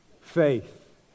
faith